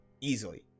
Easily